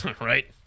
right